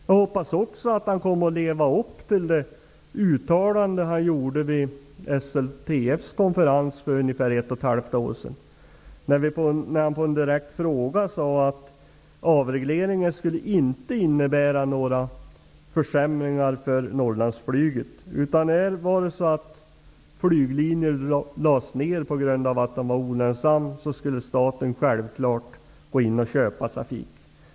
Jag hoppas också att kommunikationsministern kommer att leva upp till det uttalande som han gjorde vid SLTF:s konferens för ungefär ett och ett halvt år sedan där han på en direkt fråga svarade att avregleringen inte skulle få innebära några försämringar för Norrlandsflyget. Skulle det bli så att flyglinjer lades ner på grund av att de är olönsamma, skulle staten självfallet gå in och köpa trafik.